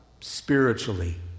spiritually